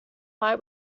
white